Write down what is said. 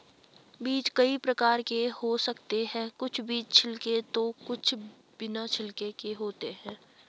बीज कई प्रकार के हो सकते हैं कुछ बीज छिलके तो कुछ बिना छिलके के होते हैं